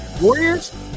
warriors